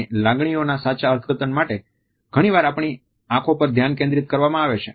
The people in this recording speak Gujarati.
આપણી લાગણીઓના સાચા અર્થઘટન માટે ઘણીવાર આપણી આંખો પર ધ્યાન કેન્દ્રિત કરવામાં આવે છે